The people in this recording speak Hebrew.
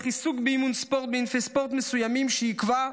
עיסוק באימון ספורט בענפי ספורט מסוימים שיקבע,